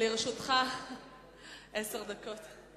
לרשותך עשר דקות.